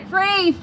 Free